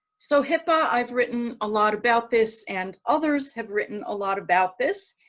so hipaa. i've written a lot about this and others have written a lot about this.